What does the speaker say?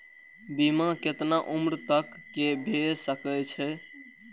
बीमा केतना उम्र तक के भे सके छै?